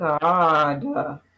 God